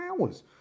hours